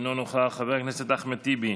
אינו נוכח, חבר הכנסת אחמד טיבי,